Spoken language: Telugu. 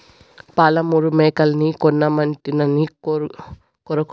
పాలమూరు మేకల్ని కొనమంటినని కొరకొరలాడ ఆటి పోసనకేమీ ఆస్థులమ్మక్కర్లే